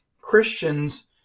Christians